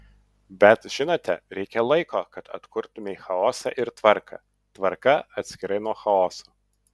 bet žinote reikia laiko kad atkurtumei chaosą ir tvarką tvarka atskirai nuo chaoso